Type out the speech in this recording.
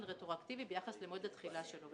רטרואקטיבי ביחס למועד התחילה שלו.